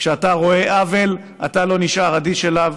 כשאתה רואה עוול אתה לא נשאר אדיש אליו.